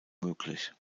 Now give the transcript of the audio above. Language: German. möglich